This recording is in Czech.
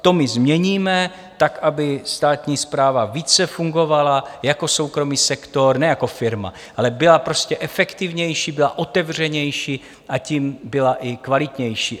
To my změníme tak, aby státní správa více fungovala jako soukromý sektor, ne jako firma, ale byla prostě efektivnější, byla otevřenější a tím byla i kvalitnější.